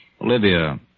Olivia